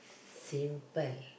simple